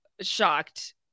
shocked